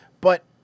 But-